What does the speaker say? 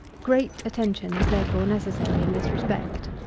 great attention is therefore necessary in this respect.